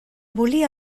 volia